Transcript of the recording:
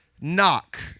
knock